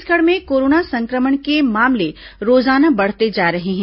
छत्तीसगढ़ में कोरोना संक्रमण के मामले रोजाना बढ़ते जा रहे हैं